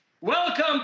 Welcome